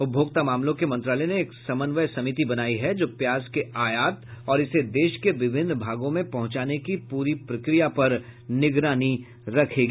उपभोक्ता मामलों के मंत्रालय ने एक समन्वय समिति बनाई है जो प्याज के आयात और इसे देश के विभिन्न भागों में पंहुचाने की पूरी प्रक्रिया पर निगरानी रखेगी